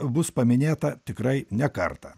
bus paminėta tikrai ne kartą